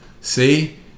See